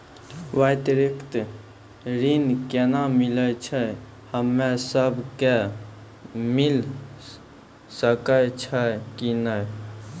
व्यक्तिगत ऋण केना मिलै छै, हम्मे सब कऽ मिल सकै छै कि नै?